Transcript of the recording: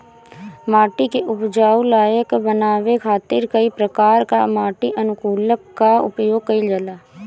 माटी के उपजाऊ लायक बनावे खातिर कई प्रकार कअ माटी अनुकूलक कअ उपयोग कइल जाला